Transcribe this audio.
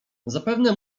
zapewne